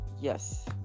Yes